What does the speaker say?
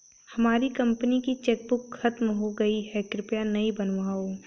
हमारी कंपनी की चेकबुक खत्म हो गई है, कृपया नई बनवाओ